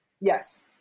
Yes